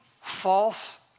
false